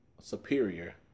superior